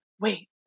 wait